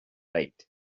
late